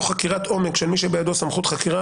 חקירת עומק של מי שבידו סמכות חקירה,